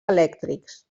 elèctrics